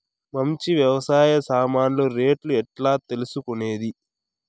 మంచి వ్యవసాయ సామాన్లు రేట్లు ఎట్లా తెలుసుకునేది?